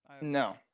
No